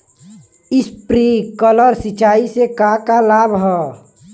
Sprinkler सिंचाई से का का लाभ ह?